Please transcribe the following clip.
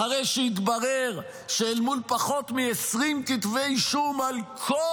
אחרי שהתברר שמול פחות מ-20 כתבי אישום על כל